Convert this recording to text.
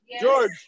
George